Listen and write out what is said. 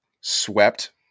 swept